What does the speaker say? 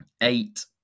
eight